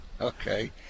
Okay